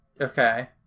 okay